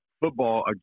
football